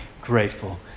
grateful